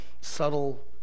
subtle